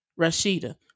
Rashida